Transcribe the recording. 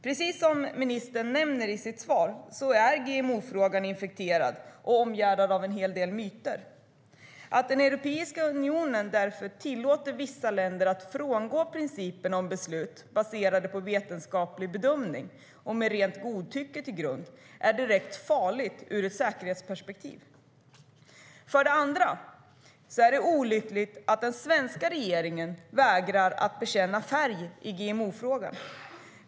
Precis som ministern nämner i sitt svar är GMO-frågan infekterad och omgärdad av en hel del myter. Att Europeiska unionen därför tillåter vissa länder att frångå principen om beslut baserade på vetenskaplig bedömning så att rent godtycke kan vara grund är direkt farligt ur ett säkerhetsperspektiv. Dessutom är det olyckligt att den svenska regeringen vägrar att bekänna färg i GMO-frågan.